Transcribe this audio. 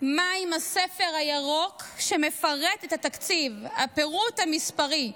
מה עם הספר הירוק שמפרט את התקציב, הפירוט המספרי.